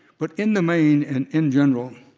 but in the main, and in general,